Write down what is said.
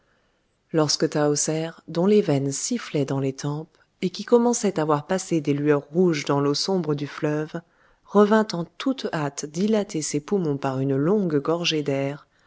lorsque tahoser dont les veines sifflaient dans les tempes et qui commençait à voir passer des lueurs rouges dans l'eau sombre du fleuve revint en toute hâte dilater ses poumons par une longue gorgée d'air